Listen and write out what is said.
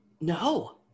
No